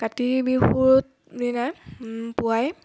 কাতি বিহুত দিনা পুৱাই